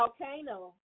volcano